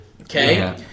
Okay